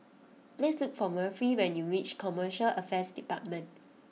please look for Murphy when you reach Commercial Affairs Department